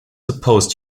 supposed